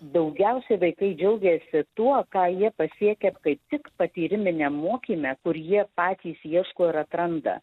daugiausiai vaikai džiaugiasi tuo ką jie pasiekia kai tik patyriminiam mokyme kur jie patys ieško ir atranda